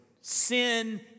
Sin